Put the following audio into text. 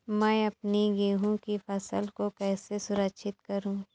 मैं अपनी गेहूँ की फसल को कैसे सुरक्षित करूँ?